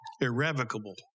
Irrevocable